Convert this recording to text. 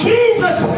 Jesus